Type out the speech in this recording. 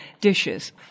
dishes